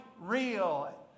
real